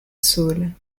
saules